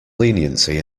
leniency